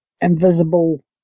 invisible